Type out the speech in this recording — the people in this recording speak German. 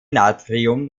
natrium